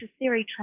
necessary